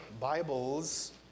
Bibles